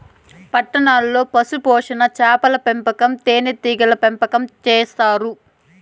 పట్టణాల్లో పశుపోషణ, చాపల పెంపకం, తేనీగల పెంపకం చేత్తారు